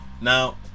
Now